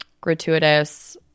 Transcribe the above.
gratuitous